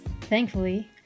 thankfully